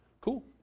Cool